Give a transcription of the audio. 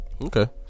Okay